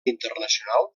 internacional